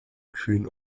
kühlen